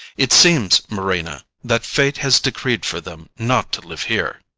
it seems, marina, that fate has decreed for them not to live here.